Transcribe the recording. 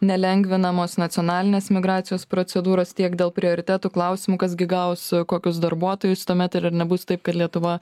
nelengvinamos nacionalinės migracijos procedūros tiek dėl prioritetų klausimų kas gi gaus kokius darbuotojus tuomet ir ar nebus taip kad lietuva